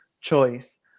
choice